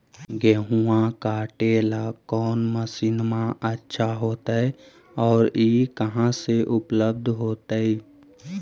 गेहुआ काटेला कौन मशीनमा अच्छा होतई और ई कहा से उपल्ब्ध होतई?